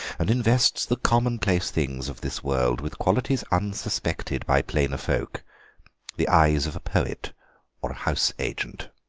and invests the commonplace things of this world with qualities unsuspected by plainer folk the eyes of a poet or a house agent.